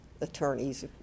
attorneys